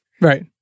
Right